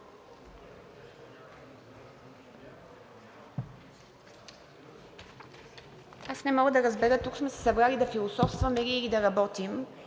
Аз не мога да разбера дали тук сме се събрали да философстваме, или да работим